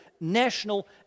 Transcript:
national